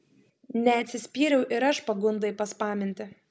neatsispyriau ir aš pagundai paspaminti